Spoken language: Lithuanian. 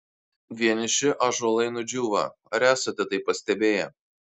vieniši ąžuolai nudžiūva ar esate tai pastebėję